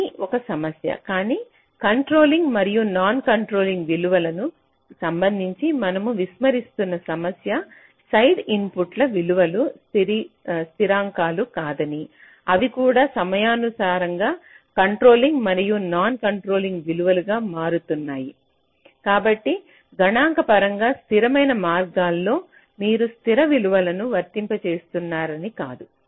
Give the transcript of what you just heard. అది ఒక సమస్య కానీ కంట్రోలింగ్ మరియు నాన్ కంట్రోలింగ్ విలువలకు సంబంధించి మనము విస్మరిస్తున్న సమస్య సైడ్ ఇన్పుట్ల విలువలు స్థిరాంకాలు కాదని అవి కూడా సమయానుసారంగా కంట్రోలింగ్ మరియు నాన్ కంట్రోలింగ్ విలువలుగా మారుతున్నాయి కాబట్టి గణాంకపరంగా స్థిరమైన మార్గంలో మీరు స్థిర విలువను వర్తింపజేస్తున్నారని కాదు